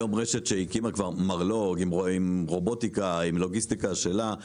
היום רשת שהקימה כבר מרלו"ג עם רובוטיקה ולוגיסטיקה משלה,